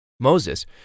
Moses